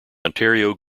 ontario